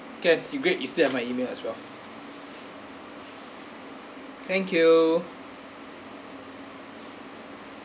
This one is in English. you still have my email as well thank you